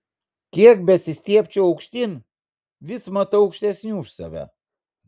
kiek besistiebčiau aukštyn vis matau aukštesnių už save